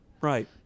Right